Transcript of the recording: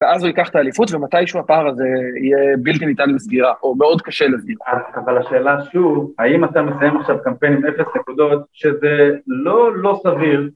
ואז הוא ייקח ת'אליפות, ומתישהו הפער הזה יהיה בלתי ניתן לסגירה, או מאוד קשה לסגירה. אבל השאלה שוב, האם אתה מסיים עכשיו קמפיין עם 0 נקודות, שזה לא, לא סביר...